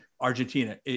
Argentina